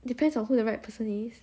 depends on who the right person is